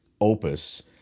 opus